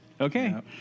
Okay